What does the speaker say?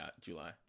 July